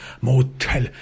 motel